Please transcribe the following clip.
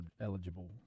eligible